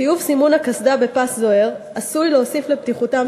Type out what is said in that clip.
חיוב סימון הקסדה בפס זוהר עשוי להוסיף לבטיחותם